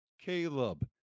caleb